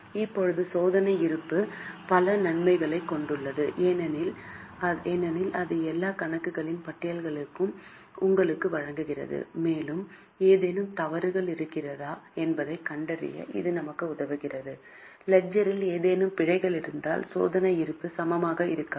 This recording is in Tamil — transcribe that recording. இப்போது சோதனை இருப்பு பல நன்மைகளைக் கொண்டுள்ளது ஏனெனில் இது எல்லா கணக்குகளின் பட்டியலையும் உங்களுக்கு வழங்குகிறது மேலும் ஏதேனும் தவறுகள் இருக்கிறதா என்பதைக் கண்டறிய இது நமக்கு உதவுகிறது லெட்ஜரில் ஏதேனும் பிழைகள் இருந்தால் சோதனை இருப்பு சமமாக இருக்காது